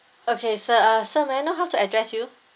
okay sir uh sir may I know how to address you